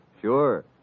Sure